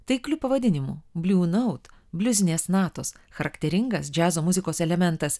taikliu pavadinimu bliu naut bliuzinės natos charakteringas džiazo muzikos elementas